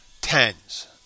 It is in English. tens